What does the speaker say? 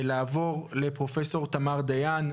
פרופ' תמר דיין,